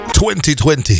2020